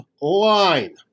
line